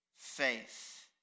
faith